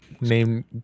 Name